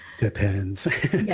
depends